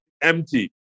empty